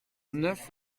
neuf